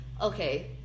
okay